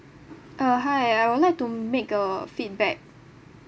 uh hi I would like to make a feedback